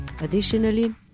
additionally